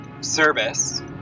Service